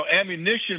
ammunition